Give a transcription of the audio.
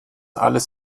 alles